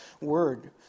Word